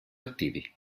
attivi